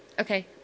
Okay